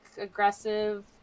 aggressive